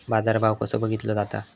बाजार भाव कसो बघीतलो जाता?